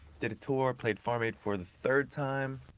did it tour, played farm aid for the third time,